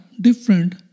different